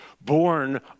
Born